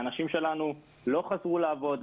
האנשים שלנו לא חזרו לעבוד.